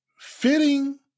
Fitting